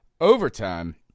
overtime